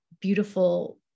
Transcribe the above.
beautiful